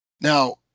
Now